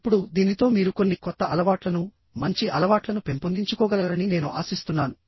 ఇప్పుడు దీనితో మీరు కొన్ని కొత్త అలవాట్లను మంచి అలవాట్లను పెంపొందించుకోగలరని నేను ఆశిస్తున్నాను